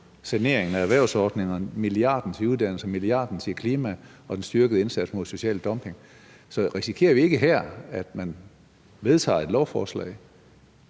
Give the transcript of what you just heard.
saneringen af erhvervsordningerne, milliarden til uddannelse, milliarden til klima og den styrkede indsats mod social dumping. Så risikerer vi ikke her, at man vedtager et lovforslag,